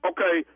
Okay